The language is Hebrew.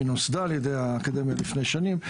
היא נוסדה ע"י האקדמיה לפני שנים,